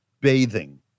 bathing